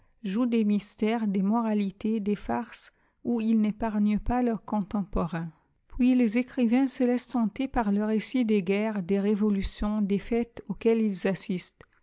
jouent des mystères des moralités des farces où ils n'épargnent pas leurs contemporains puis les écrivains se laissent tenter par le récit des guerres des révolutions des fêtes auxquelles ils assistent